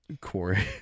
Corey